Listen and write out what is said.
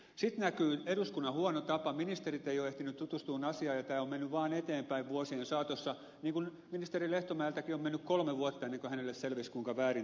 sitten näkyy eduskunnan huono tapa ministerit eivät ole ehtineet tutustua asiaan ja tämä on mennyt vaan eteenpäin vuosien saatossa niin kuin ministeri lehtomäeltäkin on mennyt kolme vuotta ennen kuin hänelle selvisi kuinka väärin tämä laki on